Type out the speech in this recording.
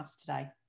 today